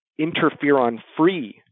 interferon-free